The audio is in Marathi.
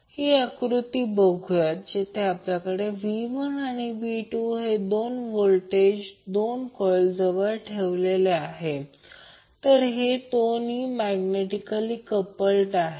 ही आकृती बघुया जेथे आपल्याकडे v1 आणि v2 हे दोन व्होल्टेज दोन कॉइल जवळ ठेवलेले आहेत तर हे दोन मैग्नेटिकली कप्लड आहेत